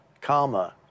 karma